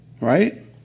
Right